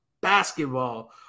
basketball